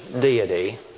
deity